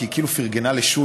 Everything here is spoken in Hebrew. כי היא כאילו פרגנה לשולי,